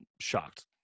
shocked